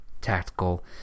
tactical